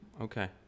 Okay